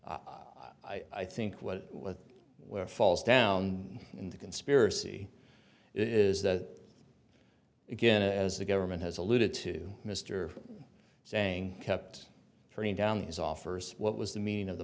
i think what we're falls down in the conspiracy is that again as the government has alluded to mr saying kept turning down these offers what was the meaning of the